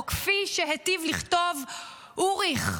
או כפי שהיטיב לכתוב אוריך,